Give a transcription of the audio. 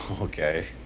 okay